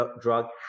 drug